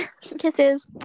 Kisses